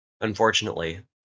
Unfortunately